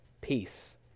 peace